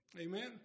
Amen